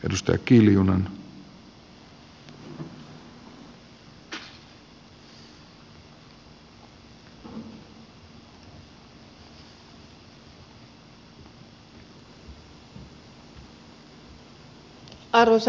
arvoisa herra puhemies